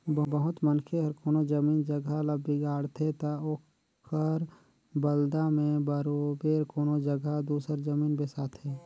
बहुत मनखे हर कोनो जमीन जगहा ल बिगाड़थे ता ओकर बलदा में बरोबेर कोनो जगहा दूसर जमीन बेसाथे